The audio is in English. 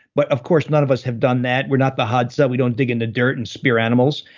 but of course none of us have done that, we're not the hadza, we don't dig in the dirt and spear animals.